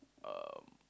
um